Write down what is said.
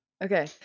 Okay